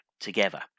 together